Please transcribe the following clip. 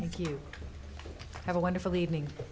if you have a wonderful evening